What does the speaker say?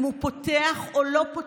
אם הוא פותח או לא פותח,